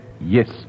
yes